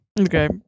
Okay